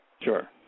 Sure